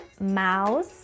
mouse